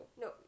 No